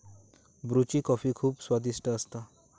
ब्रुची कॉफी खुप स्वादिष्ट असता